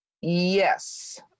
Yes